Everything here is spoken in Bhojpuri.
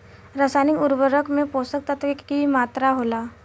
रसायनिक उर्वरक में पोषक तत्व के की मात्रा होला?